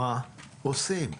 מה עושים?